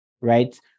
right